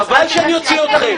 חבל שאני אוציא אתכם.